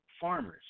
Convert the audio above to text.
farmers